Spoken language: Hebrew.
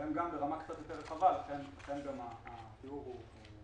והן גם ברמה קצת יותר רחבה ולכן גם התיאור ברמת